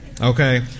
Okay